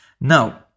Now